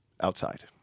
outside